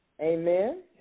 Amen